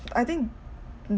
I think mm